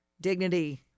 Dignity